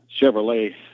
Chevrolet